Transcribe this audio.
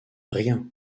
rien